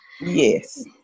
Yes